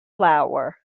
flower